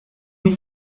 sich